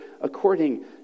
according